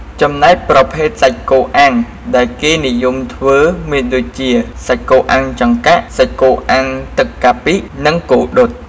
ចំំណែកប្រភេទសាច់គោអាំងដែលគេនិយមធ្វើមានដូចជា សាច់គោអាំងចង្កាក់ សាច់គោអាំងទឹកកាពិ និងគោដុត។